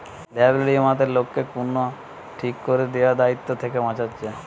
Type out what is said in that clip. liability বীমাতে লোককে কুনো ঠিক কোরে দিয়া দায়িত্ব থিকে বাঁচাচ্ছে